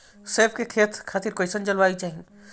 सेब के खेती खातिर कइसन जलवायु चाही?